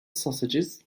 sausages